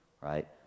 Right